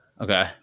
Okay